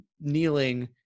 kneeling